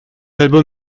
album